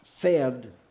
fed